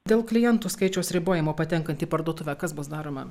dėl klientų skaičiaus ribojimo patenkant į parduotuvę kas bus daroma